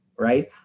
Right